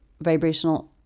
vibrational